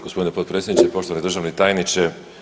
Gospodine potpredsjedniče, poštovani državni tajniče.